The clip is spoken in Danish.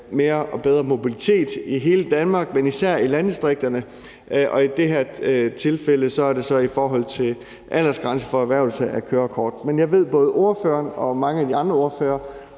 mere og bedre mobilitet i hele Danmark, men især i landdistrikterne, og i det her tilfælde er det så i forhold til aldersgrænsen for erhvervelse af kørekort. Jeg ved, at både ordføreren og mange af de andre ordførere